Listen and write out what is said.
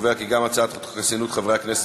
הצעת חוק חסינות חברי הכנסת,